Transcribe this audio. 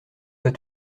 pas